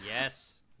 yes